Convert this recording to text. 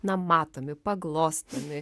na matomi paglostomi